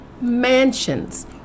mansions